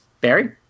Barry